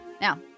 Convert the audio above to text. Now